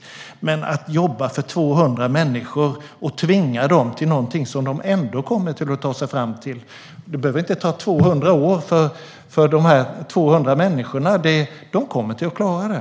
Men det är ingen mening att jobba för 200 människor och tvinga dem till något som de ändå kommer att ta sig fram till. Det kommer inte att ta 200 år för dessa 200 människor. De kommer att klara det.